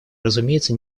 разумеется